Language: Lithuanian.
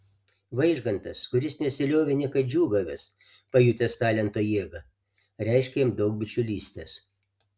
vaižgantas kuris nesiliovė niekad džiūgavęs pajutęs talento jėgą reiškė jam daug bičiulystės